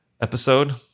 episode